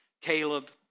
Caleb